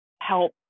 help